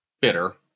bitter